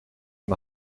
een